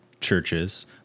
churches